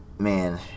man